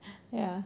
ya